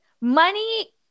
Money